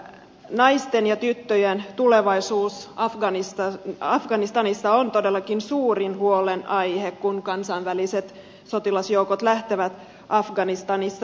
naisten ja tyttöjen tulevaisuus afganistanissa on todellakin suurin huolenaihe kun kansainväliset sotilasjoukot lähtevät afganistanista